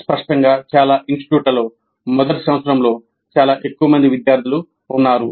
స్పష్టంగా చాలా ఇన్స్టిట్యూట్లలో మొదటి సంవత్సరంలో చాలా ఎక్కువ మంది విద్యార్థులు ఉన్నారు